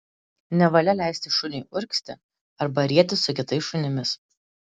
nevalia leisti šuniui urgzti arba rietis su kitais šunimis